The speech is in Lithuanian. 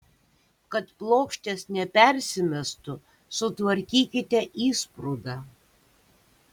kad plokštės nepersimestų sutvarkykite įsprūdą